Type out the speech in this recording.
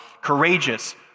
courageous